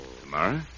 Tomorrow